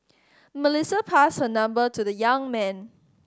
Melissa passed her number to the young man